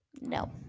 No